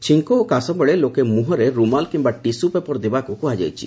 ଛିଙ୍କ ଓ କାଶବେଳେ ଲୋକେ ମୁହଁରେ ରୁମାଲ୍ କିମ୍ବା ଟିସୁ ପେପର ଦେବାକୁ କୁହାଯାଇଛି